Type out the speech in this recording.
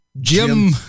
Jim